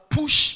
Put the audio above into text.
Push